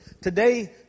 Today